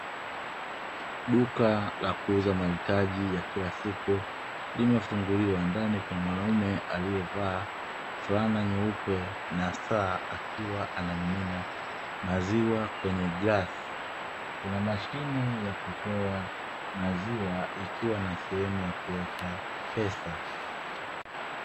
Duka la kuuza mahitaji ya kila siku limefunguliwa, ndani akiwa mwanaume aliyevaa fulana nyeupe na saa, akiwa anamimina maziwa kwenye glasi. Kuna mashine ya kutoa maziwa ikiwa na sehemu ya kuweka pesa.